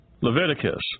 Leviticus